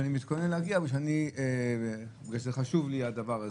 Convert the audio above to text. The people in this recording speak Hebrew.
אבל אני מתכונן להגיע וחשוב לי הדבר הזה,